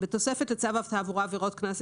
בתוספת לצו התעבורה (עבירות קנס),